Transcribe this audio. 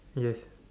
yes